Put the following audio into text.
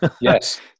Yes